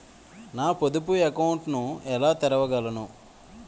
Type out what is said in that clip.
నేను పొదుపు అకౌంట్ను ఎలా తెరవగలను?